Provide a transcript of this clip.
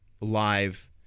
live